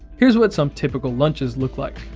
here's what some typical lunches look like.